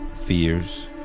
fears